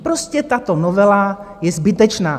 Prostě tato novela je zbytečná.